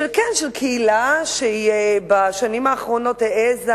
כן, של קהילה שבשנים האחרונות העזה,